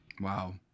Wow